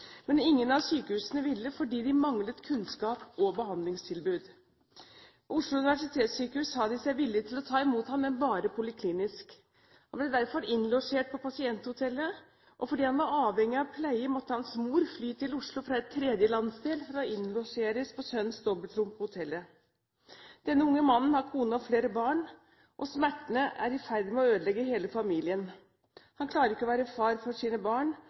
men bare poliklinisk. Han ble derfor innlosjert på pasienthotellet. Fordi han var avhengig av pleie, måtte hans mor fly til Oslo fra en tredje landsdel for å innlosjeres på sønnens dobbeltrom på hotellet. Denne unge mannen har kone og flere barn, og smertene er i ferd med å ødelegge hele familien. Han klarer ikke å være far for sine barn